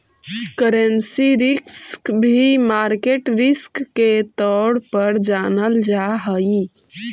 currency risk भी market risk के तौर पर जानल जा हई